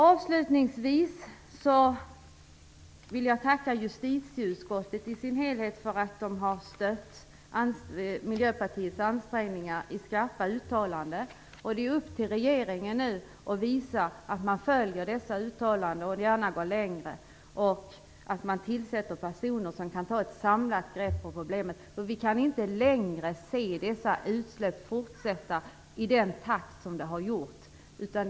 Avslutningsvis vill jag tacka justitieutskottet i sin helhet för att det har stött Miljöpartiets ansträngningar i skarpa uttalanden. Det är upp till regeringen att nu visa att man följer dessa uttalanden, att man gärna går längre och tillsätter personer som kan ta ett samlat grepp på problemet. Vi kan inte längre se dessa utsläpp fortsätta i den takt som de har förekommit.